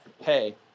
hey